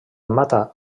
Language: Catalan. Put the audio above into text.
mata